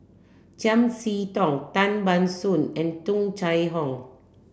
Chiam See Tong Tan Ban Soon and Tung Chye Hong